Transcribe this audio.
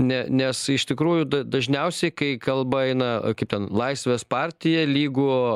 ne nes iš tikrųjų da dažniausiai kai kalba eina kaip ten laisvės partija lygu